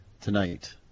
Tonight